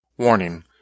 Warning